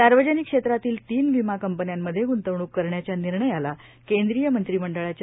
सार्वजनिक क्षेत्रातील तीन विमा कंपन्यामध्ये गुंतवणूक करण्याच्या निर्णयाला कंद्रीय मंत्रिमंडळाच्या